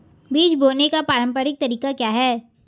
बीज बोने का पारंपरिक तरीका क्या है?